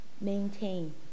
Maintain